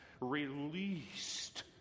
released